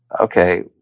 okay